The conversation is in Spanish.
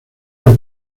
del